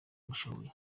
mushoboye